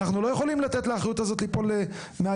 אנחנו לא יכולים לתת לאחריות הזאת ליפול מהידיים.